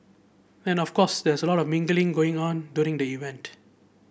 and of course there's lot mingling going on during the event